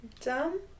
Dumb